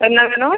என்ன வேணும்